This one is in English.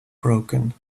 broken